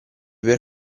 per